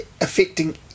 affecting